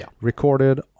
recorded